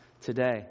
today